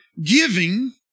giving